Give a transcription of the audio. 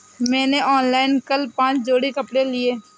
मैंने ऑनलाइन कल पांच जोड़ी कपड़े लिए